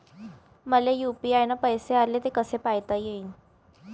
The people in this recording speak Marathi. मले यू.पी.आय न पैसे आले, ते कसे पायता येईन?